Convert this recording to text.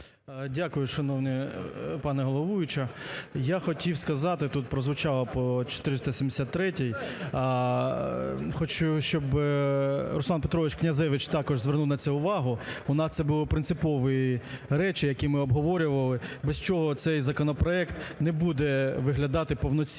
Дякую, шановна пані головуюча! Я хотів сказати, тут прозвучало по 473-й, хочу, щоб Руслан Петрович Князевич також звернув на це увагу, у нас це були принципові речі, які ми обговорювали, без чого цей законопроект не буде виглядати повноцінно.